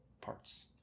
parts